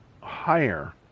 higher